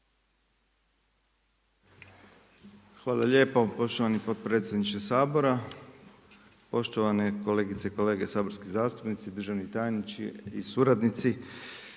Hvala lijepo poštovani potpredsjedniče Sabora. Poštovane kolegice i kolege, saborski zastupnici, državni tajniče i suradnici.